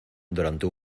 durante